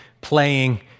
playing